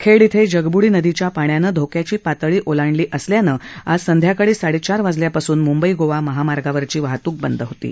खेड इथं जगब्डी नदीच्या पाण्यानं धोक्याची पातळी ओलांडली असल्यानं आज संध्याकाळी साडेचार वाजल्यापासून म्ंबई गोवा महामार्गावरची वाहतूक बंद केली आहे